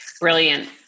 Brilliant